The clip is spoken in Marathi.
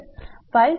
तर 572